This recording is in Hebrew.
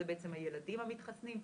זה בעצם הילדים המתחסנים.